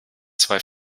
zwei